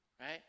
right